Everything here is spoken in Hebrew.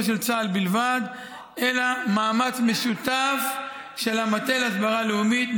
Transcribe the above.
של צה"ל בלבד אלא מאמץ משותף של המטה להסברה לאומית,